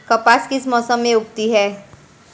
कपास किस मौसम में उगती है?